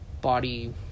body